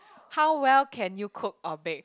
how well can you cook or bake